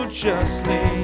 justly